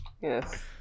Yes